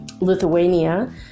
Lithuania